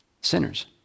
sinners